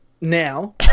now